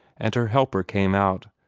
and her helper came out,